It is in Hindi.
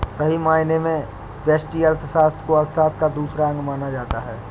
सही मायने में व्यष्टि अर्थशास्त्र को अर्थशास्त्र का दूसरा अंग माना जाता है